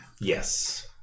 Yes